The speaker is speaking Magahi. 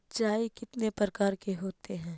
सिंचाई कितने प्रकार के होते हैं?